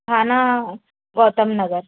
थाना गौतम नगर